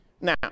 now